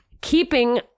keeping